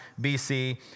BC